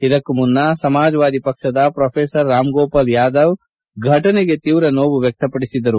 ಇದಕ್ಕೂ ಮುನ್ನ ಸಮಾಜವಾದಿ ಪಕ್ಷದ ಪ್ರೊಫೆಸರ್ ರಾಮ್ಗೋಪಾಲ್ ಯಾದವ್ ಫಟನೆಗೆ ತೀವ್ರ ನೋವು ವಕ್ಷಪಡಿಸಿದರು